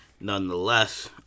nonetheless